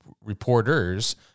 reporters